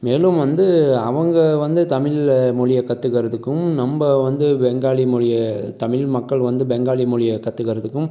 மேலும் வந்து அவங்க வந்து தமிழ் மொழிய கற்றுக்கறதுக்கும் நம்ம வந்து பெங்காலி மொழியை தமிழ் மக்கள் வந்து பெங்காலி மொழியை கற்றுக்கறதுக்கும்